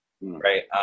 Right